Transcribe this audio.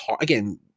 again